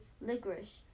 licorice